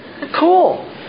cool